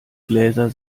gläser